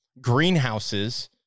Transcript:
greenhouses